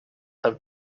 have